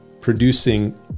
producing